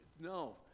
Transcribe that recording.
no